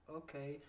okay